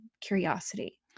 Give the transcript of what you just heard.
curiosity